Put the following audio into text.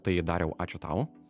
tai dariau ačiū tau